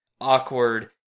awkward